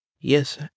yes